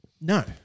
No